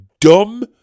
dumb